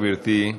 תודה, גברתי.